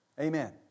Amen